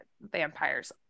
vampires